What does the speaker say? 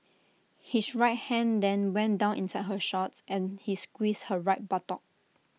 his right hand then went down inside her shorts and he squeezed her right buttock